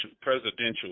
presidential